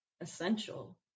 essential